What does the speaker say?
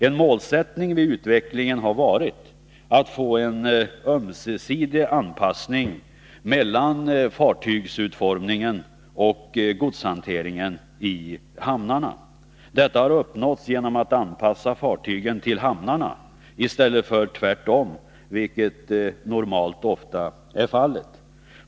En målsättning vid utvecklingen har varit att få en ömsesidig anpassning mellan fartygsutformning och godshantering i hamn. Detta har man uppnått genom att anpassa fartygen till hamnarna i stället för tvärtom, vilket normalt är fallet.